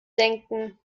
denken